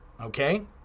okay